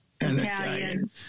Italian